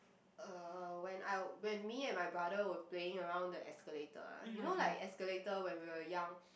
uh when I when me and my brother were playing around the escalator ah you know like escalator when we were young